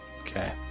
Okay